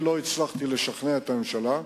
לא הצלחתי לשכנע את הממשלה,